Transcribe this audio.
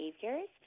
behaviors